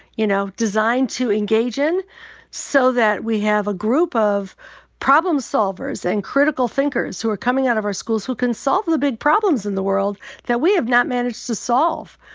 you know, designed to engage in so that we have a group of problem-solvers and critical thinkers who are coming out of our schools who can solve the big problems in the world that we have not managed to solve.